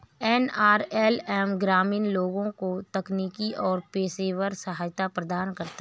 NRLM ग्रामीण लोगों को तकनीकी और पेशेवर सहायता प्रदान करता है